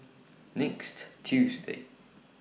next Tuesday